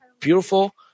beautiful